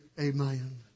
Amen